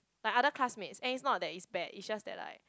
like other classmates and is not that it's bad is just that like